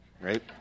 right